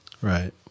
Right